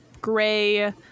gray